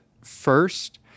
First